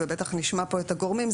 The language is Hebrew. ובטח נשמע פה את הגורמים,